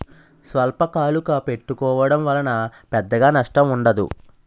స్వల్పకాలకు పెట్టుకోవడం వలన పెద్దగా నష్టం ఉండదు